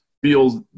feels